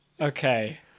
okay